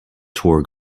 tour